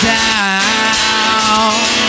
down